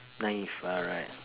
naive ah right